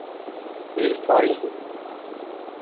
جی sorry